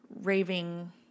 raving